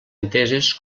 enteses